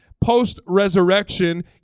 post-resurrection